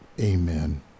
Amen